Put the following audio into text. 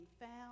found